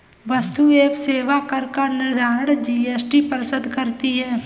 वस्तु एवं सेवा कर का निर्धारण जीएसटी परिषद करती है